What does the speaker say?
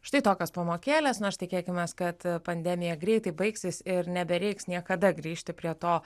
štai tokios pamokėlės nors tikėkimės kad pandemija greitai baigsis ir nebereiks niekada grįžti prie to